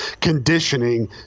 conditioning